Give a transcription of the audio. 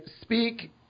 speak